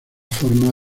forma